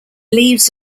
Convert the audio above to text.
leaves